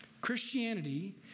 Christianity